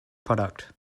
product